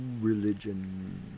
religion